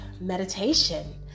meditation